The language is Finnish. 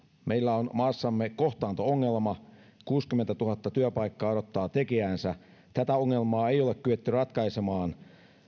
meillä on maassamme kohtaanto ongelma kuusikymmentätuhatta työpaikkaa odottaa tekijäänsä tätä ongelmaa ei ole kyetty ratkaisemaan